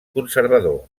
conservador